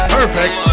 Perfect